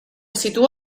situa